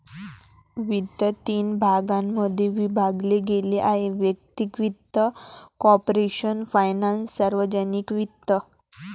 वित्त तीन भागांमध्ये विभागले गेले आहेः वैयक्तिक वित्त, कॉर्पोरेशन फायनान्स, सार्वजनिक वित्त